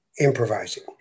improvising